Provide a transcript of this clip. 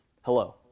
hello